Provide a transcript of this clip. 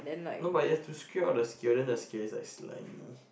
no but you have to secure the scale the scale is like slimey